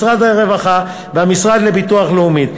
משרד הרווחה והמוסד לביטוח לאומי.